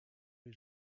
les